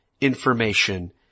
information